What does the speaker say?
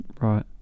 Right